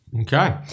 Okay